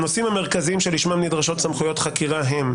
הנושאים המרכזיים שלשמם נדרשות סמכויות חקירה הם: